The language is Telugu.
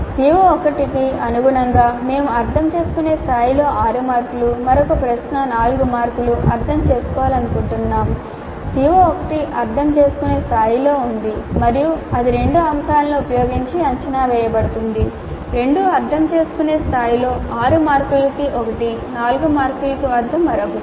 CO1 కు అనుగుణంగా మేము అర్థం చేసుకునే స్థాయిలో 6 మార్కులు మరొక ప్రశ్న 4 మార్కులు అర్థం చేసుకోవాలనుకుంటున్నాము CO1 అర్థం చేసుకునే స్థాయిలో ఉంది మరియు అది రెండు అంశాలను ఉపయోగించి అంచనా వేయబడుతుంది రెండూ అర్థం చేసుకునే స్థాయిలో 6 మార్కులకు ఒకటి 4 మార్కుల వద్ద మరొకటి